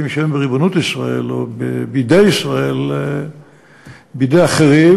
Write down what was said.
שהם בריבונות ישראל או בידי ישראל ולהעבירם לידי אחרים.